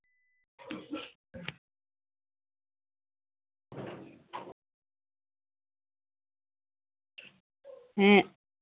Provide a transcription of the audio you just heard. ᱦᱮᱸ